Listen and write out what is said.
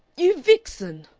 you vixen!